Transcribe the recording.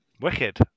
Wicked